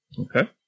Okay